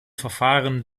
verfahren